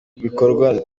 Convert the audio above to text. bikorwa